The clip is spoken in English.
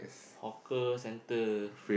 hawker-center